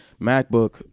MacBook